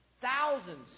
thousands